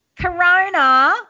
Corona